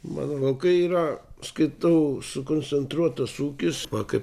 mano vokai yra skaitau sukoncentruotas ūkis va kaip